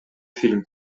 фильм